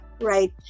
right